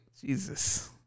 Jesus